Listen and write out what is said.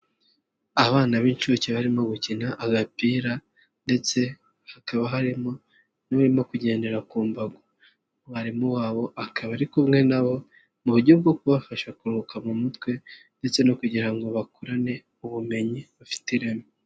Abana b'inshuke barimo gukina agapira ndetse hakaba harimo n'urimo kugendera ku mbago, mwarimu wabo akaba ari kumwe nabo mu buryo bwo kubafasha kuruhuka mu mutwe ndetse no kugira ngo bakurane ubumenyi bufite ireme.